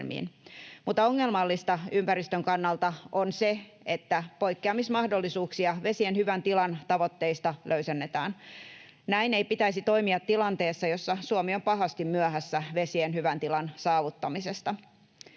Mutta ongelmallista ympäristön kannalta on se, että poikkeamismahdollisuuksia vesien hyvän tilan tavoitteista löysennetään. Näin ei pitäisi toimia tilanteessa, jossa Suomi on pahasti myöhässä vesien hyvän tilan saavuttamisesta.